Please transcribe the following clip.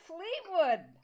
Fleetwood